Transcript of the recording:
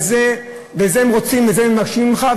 את זה הם מבקשים ממך,